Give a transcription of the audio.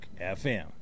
fm